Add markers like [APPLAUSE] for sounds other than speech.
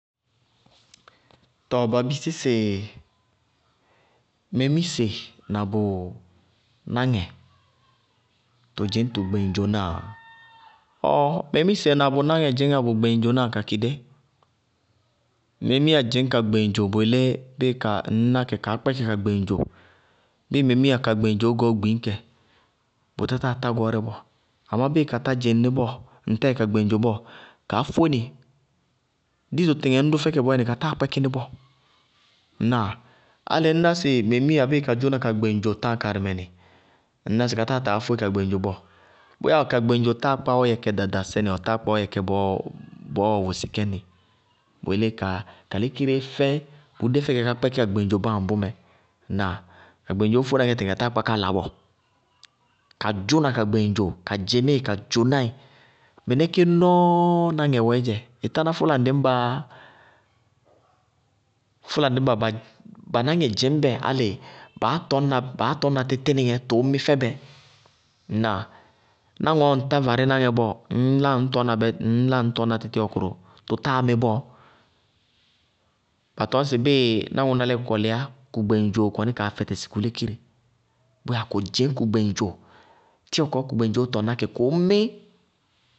Tɔɔ ba bisí sɩ memise na bʋ náŋɛ, [NOISE] bʋdzɩñ bʋ gbeŋdzonáa? Ɔ̀ɔɔ, memise na bʋ náŋɛ dzɩñŋa bʋ gbeŋdzonáa kakɩ dé. Memiya dzɩñ kagbedzo bʋyelé nñná kɛ kaá kpɛkɩ ka gbeŋdzo. Bɩɩ memiya kagbedzoó gɛ ɔ gbiñkɛ. bʋ tá táa tá gɔɔrɛ bɔɔ. Amá bɩɩ ka tá dzɩŋ nɩ bɔɔ, ntá yɛ kagbedzo bɔɔ kaá fóé nɩ. Dito tɩtɩŋɛ nñdʋ fɛkɛ, ka táa kpɛkɩ nɩ bɔɔ. [UNINTELLIGIBLE] Álɩ ŋñná sɩ memiya bɩɩ kadzʋna kagbedzo yɛñ karɩmɛ, ka táa taa fóɩ bɔɔ. Bʋyáa kagbedzo táa kpá ka yɛkɛ́dadaɛnɩ, ɔ táa kpá ɔyɛkɛ bɔɔɔ wʋsɩkɛ nɩ. Bʋyelé ka ŋlékireéfɛ, bʋdéfɛkɛ ká kpɛkɩ kagbedzo báa ambʋmɛ. Ñnáa? Kagbedzoó fóé na kɛ tɩtɩŋɛ ka táa ká kpá kála bɔɔ, ka dzʋna ka gbeŋdzo, ka dzɩmɩɩ ka dzʋnáɩ. Mɩnɛké nɔɔɔ náŋɛ wɛɛdzɛ. Ntáná fʋlandɩñbáá? Fʋlandɩñba banáŋɛ dzɩñbɛ álɩ baá tɔɔna baá tɔɔna tɩ tɩnɩŋɛ tʋʋmɩ fɛbɛ. Ñnáa? Ná ŋɔɔyáa ntá varɩ́náŋɛ bɔɔ, nñlá nñtɔñ na tɩ tɩɔ kʋrʋ, tʋtáamɩ bɔɔ. Batɔñsɩ bɩɩ náŋʋná kɔkɔlɩyá, kagbedzos kɔnɩ kaa fɛtɛsɩ kʋ lékire. Bʋyáa kʋdzɩñ kʋ gbeŋdzo. Tɩɔ kɔɔ kagbedzoó tɔŋná kɩ kʋʋmɩ.